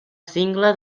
cingle